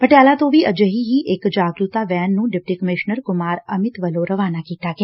ਪਟਿਆਲਾ ਤੋ ਵੀ ਅਜਿਹੀ ਹੀ ਇਕ ਜਾਗਰੁਕਤਾ ਵੈਨ ਨੂੰ ਡਿਪਟੀ ਕਮਿਸ਼ਨਰ ਕੁਮਾਰ ਅਮਿਤ ਵੱਲੋ ਰਵਾਨਾ ਕੀਤਾ ਗਿਆ